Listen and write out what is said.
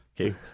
Okay